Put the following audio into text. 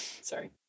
sorry